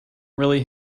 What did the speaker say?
really